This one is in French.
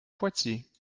poitiers